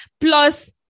plus